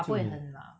but 不会很啦